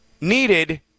needed